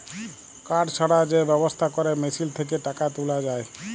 card ছাড়া যে ব্যবস্থা ক্যরে মেশিল থ্যাকে টাকা তুলা যায়